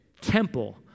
temple